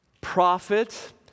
prophet